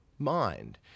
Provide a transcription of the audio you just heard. mind